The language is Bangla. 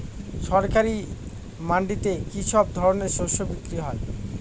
সরকারি মান্ডিতে কি সব ধরনের শস্য বিক্রি হয়?